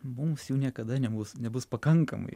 mums jų niekada nebus nebus pakankamai